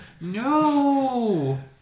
No